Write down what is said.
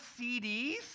CDs